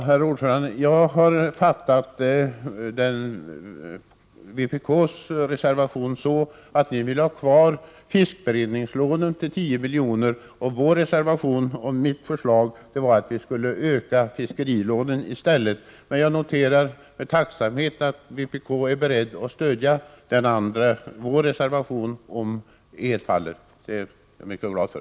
Herr talman! Jag har uppfattat vpk:s reservation så, att ni vill att fiskberedningslånen om 10 milj.kr. skall behållas, medan mitt förslag och reservationen går ut på att i stället fiskerilånen skall höjas. Jag noterar med tacksamhet att vpk är berett att stödja vår reservation om er faller. Det blir ett mycket bra stöd.